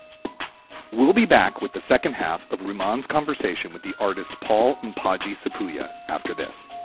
we'll be back with the second half of remans conversation with the artist paul and podgy sapulpa after this